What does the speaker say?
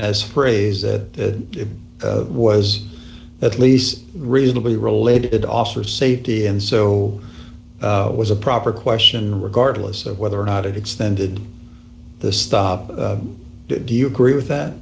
as phrase that it was at least reasonably related officer safety and so was a proper question regardless of whether or not it extended the stop do you agree with that